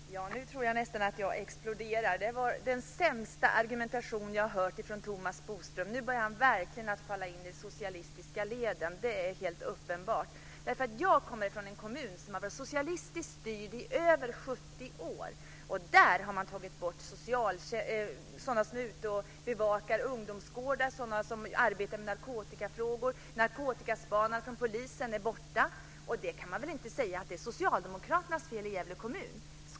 Fru talman! Nu tror jag nästan att jag exploderar. Det var den sämsta argumentation jag har hört från Thomas Bodström någonsin. Nu börjar han verkligen falla in i de socialistiska leden. Det är helt uppenbart. Jag kommer från en kommun som har varit socialistiskt styrd i över 70 år. Där har man tagit bort personer som bevakar ungdomsgårdar och personer som arbetar med narkotikafrågor. Narkotikaspanarna från polisen är borta. Man kan väl inte säga att det är Gävle kommuns socialdemokraters fel.